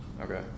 Okay